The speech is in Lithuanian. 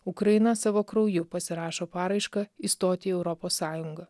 ukraina savo krauju pasirašo paraišką įstoti į europos sąjungą